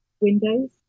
Windows